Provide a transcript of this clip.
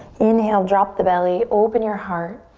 inhale, drop the belly, open your heart.